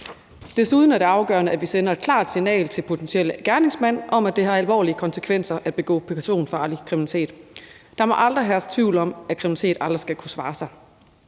Desuden er det afgørende, at vi sender et klart signal til potentielle gerningsmænd om, at det har alvorlige konsekvenser at begå personfarlig kriminalitet. Der må aldrig herske tvivl om, at kriminalitet aldrig skal kunne svare sig.